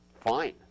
fine